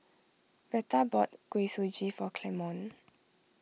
Retta bought Kuih Suji for Clemon